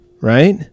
right